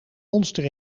monster